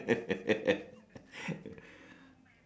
ah float ah it's a float ah safety float